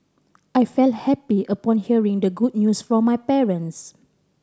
I felt happy upon hearing the good news from my parents